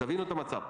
תבינו את המצב,